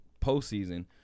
postseason